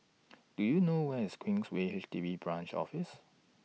Do YOU know Where IS Queensway H D B Branch Office